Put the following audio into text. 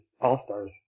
all-stars